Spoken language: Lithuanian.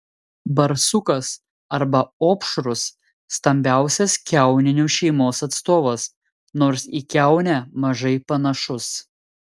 barsukas arba opšrus stambiausias kiauninių šeimos atstovas nors į kiaunę mažai panašus